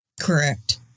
Correct